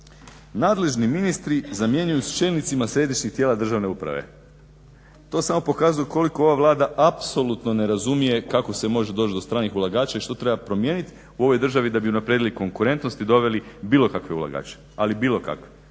nadležni ministri zamjenjuju s čelnicima središnjih tijela državne uprave. To samo pokazuje koliko ova Vlada apsolutno ne razumije kako se može doći do stranih ulagača i što treba promijenit u ovoj državi da bi unaprijedili konkurentnost i doveli bilo kakve ulagače, ali bilo kakve.